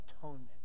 atonement